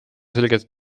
selgelt